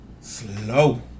slow